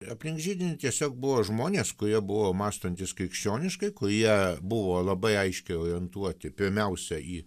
aplink židinį tiesiog buvo žmonės kurie buvo mąstantys krikščioniškai kurie buvo labai aiškiai orientuoti pirmiausia į